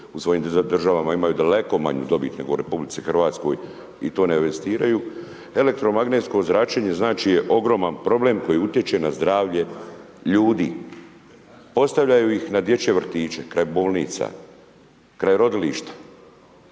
u svojim državama imaju daleko manju dobit, nego u RH i to ne investiraju. Elektromagnetsko zračenje je znači ogroman problem koji utječe na zdravlje ljudi. Postavljaju ih na dječje vrtiće, kraj bolnica, kraj rodilišta,